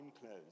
clothes